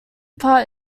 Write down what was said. part